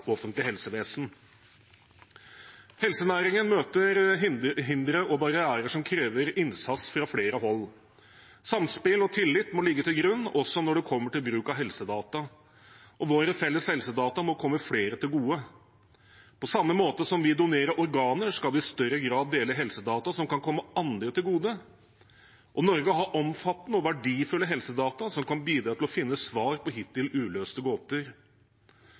offentlig helsevesen. Helsenæringen møter hindre og barrierer som krever innsats fra flere hold. Samspill og tillit må ligge til grunn også for bruk av helsedata, og våre felles helsedata må komme flere til gode. På samme måte som vi donerer organer, skal vi i større grad dele helsedata som kan komme andre til gode. Norge har omfattende og verdifulle helsedata som kan bidra til å finne svar på hittil uløste gåter.